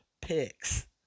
picks